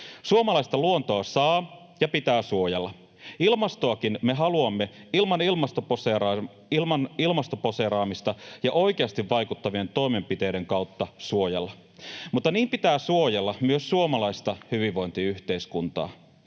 suomalaista luontoa saa ja pitää suojella. Ilmastoakin me haluamme ilman ilmastoposeeraamista ja oikeasti vaikuttavien toimenpiteiden kautta suojella, mutta niin pitää suojella myös suomalaista hyvinvointiyhteiskuntaa.